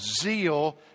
zeal